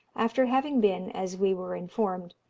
after having been, as we were informed,